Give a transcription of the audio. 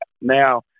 Now